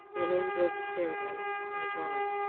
in an angle of the stairway, he was lying,